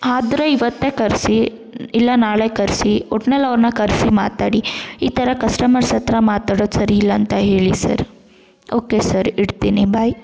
ಆದ್ರೆ ಇವತ್ತೇ ಕರೆಸಿ ಇಲ್ಲ ನಾಳೆ ಕರೆಸಿ ಒಟ್ನಲ್ಲಿ ಅವ್ರನ್ನ ಕರೆಸಿ ಮಾತಾಡಿ ಈ ಥರ ಕಸ್ಟಮರ್ಸ್ ಹತ್ರ ಮಾತಾಡೋದು ಸರಿ ಇಲ್ಲ ಅಂತ ಹೇಳಿ ಸರ್ ಓಕೆ ಸರ್ ಇಡ್ತೀನಿ ಬಾಯ್